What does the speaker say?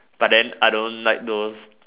but then I don't like those